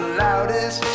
loudest